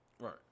Right